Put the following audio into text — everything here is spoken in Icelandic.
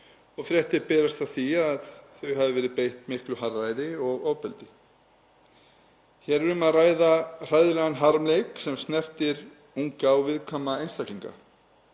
og fréttir berast af því að þau hafi verið beitt miklu harðræði og ofbeldi. Hér er um að ræða hræðilegan harmleik sem snertir unga og viðkvæma einstaklinga.